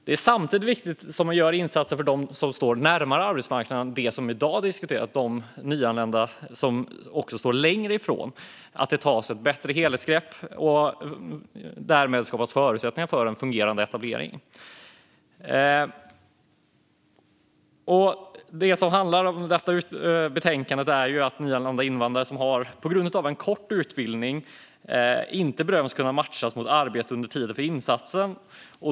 Det är samtidigt viktigt både för dem som står närmare arbetsmarknaden och för dem som i dag diskuteras, de nyanlända som står längre ifrån, att det tas ett bättre helhetsgrepp och därmed skapas förutsättningar för en fungerande etablering. Detta betänkande handlar om nyanlända invandrare som på grund av kort utbildning inte bedöms kunna matchas mot arbete under tiden för insatsen.